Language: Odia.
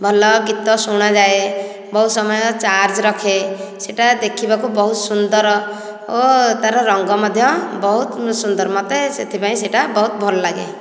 ଭଲ ଗୀତ ଶୁଣାଯାଏ ବହୁତ ସମୟ ଚାର୍ଜ ରଖେ ସେଇଟା ଦେଖିବାକୁ ବହୁତ ସୁନ୍ଦର ଓ ତାର ରଙ୍ଗ ମଧ୍ୟ ବହୁତ ସୁନ୍ଦର ମୋତେ ସେଥିପାଇଁ ସେଇଟା ବହୁତ ଭଲ ଲାଗେ